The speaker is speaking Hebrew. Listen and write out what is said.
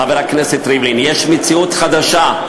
חבר הכנסת ריבלין, יש מציאות חדשה,